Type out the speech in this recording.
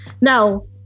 now